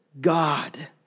God